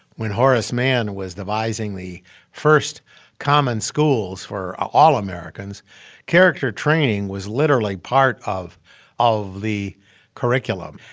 when horace mann was devising the first common schools for ah all americans character training was literally part of of the curriculum.